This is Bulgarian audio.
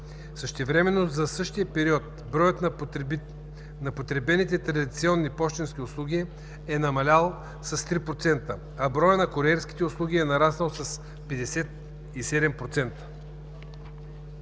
Същевременно за същия период броят на потребените традиционни пощенски услуги е намалял с 3%, а броят на куриерските услуги е нараснал с 57%.